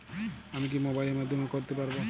আমি কি মোবাইলের মাধ্যমে করতে পারব?